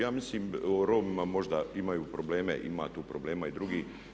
Ja mislim o Romima, možda imaju probleme, ima tu problema i drugih.